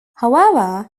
however